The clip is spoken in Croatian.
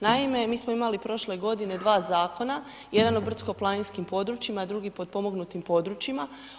Naime, mi smo imali prošle godine 2 zakona, jedan o brdsko planinskim područjima, a drugi potpomognutim područjima.